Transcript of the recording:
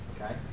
Okay